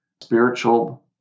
spiritual